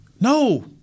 No